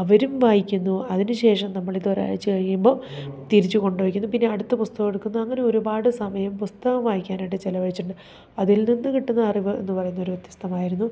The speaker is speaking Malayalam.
അവരും വായിക്കുന്നു അതിനു ശേഷം നമ്മളിതൊരാഴ്ച കഴിയുമ്പോൾ തിരിച്ചു കൊണ്ട് വെയ്ക്കുന്നു പിന്നെ അടുത്ത പുസ്തകം എടുക്കുന്നു അങ്ങനെ ഒരുപാട് സമയം പുസ്തകം വായിക്കാനായിട്ട് ചിലവഴിച്ചിട്ടുണ്ട് അതിൽ നിന്നു കിട്ടുന്ന അറിവ് എന്നു പറയുന്നത് ഒരു വ്യത്യസ്തമായിരുന്നു